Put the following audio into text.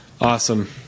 Awesome